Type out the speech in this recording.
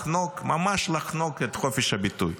ממש לחנוק, את חופש הביטוי.